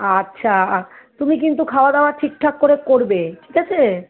আচ্ছা তুমি কিন্তু খাওয়াদাওয়া ঠিকঠাক করে করবে ঠিক আছে